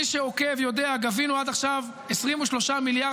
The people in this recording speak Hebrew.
מי שעוקב יודע: גבינו עד עכשיו 23 מיליארד